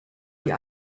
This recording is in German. ihr